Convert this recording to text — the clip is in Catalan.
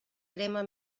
crema